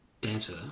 dancer